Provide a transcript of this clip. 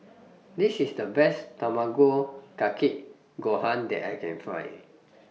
This IS The Best Tamago Kake Gohan that I Can Find